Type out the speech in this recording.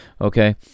Okay